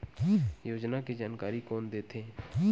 योजना के जानकारी कोन दे थे?